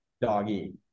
doggy